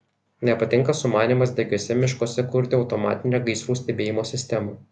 nepatinka sumanymas degiuose miškuose kurti automatinę gaisrų stebėjimo sistemą